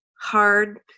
hard